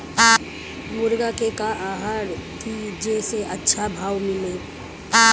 मुर्गा के का आहार दी जे से अच्छा भाव मिले?